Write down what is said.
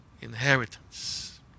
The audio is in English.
inheritance